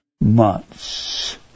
months